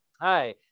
Hi